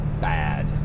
bad